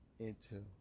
intel